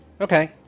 Okay